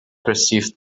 perceived